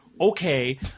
Okay